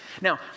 Now